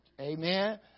amen